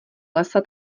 lesa